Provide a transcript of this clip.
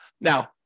Now